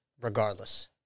regardless